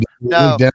No